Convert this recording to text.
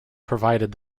provided